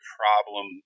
problem